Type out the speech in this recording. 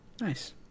Nice